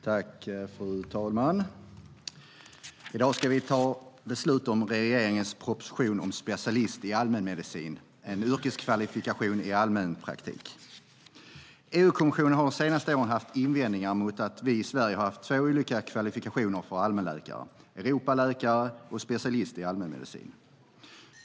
Fru talman! I dag ska vi ta beslut om regeringens proposition Specialist i allmänmedicin - en yrkeskvalifikation i allmänpraktik . EU-kommissionen har de senaste åren haft invändningar mot att vi i Sverige har haft två olika kvalifikationer för allmänläkare, Europaläkare och specialist i allmänmedicin.